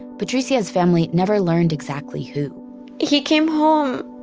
patricia's family never learned exactly who he came home